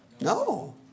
No